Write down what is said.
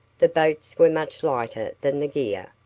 the boats were much lighter than the gear,